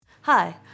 Hi